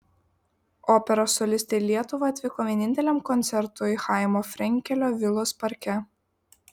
operos solistė į lietuvą atvyko vieninteliam koncertui chaimo frenkelio vilos parke